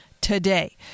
Today